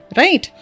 right